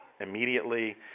immediately